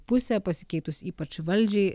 pusę pasikeitus ypač valdžiai